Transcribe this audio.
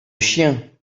chien